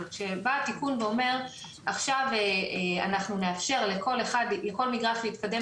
אבל כשבא התיקון ואומר עכשיו אנחנו נאפשר לכל מגרש להתקדם